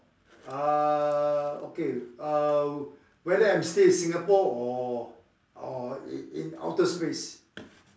uh okay uh whether I'm still in Singapore or or in in outer space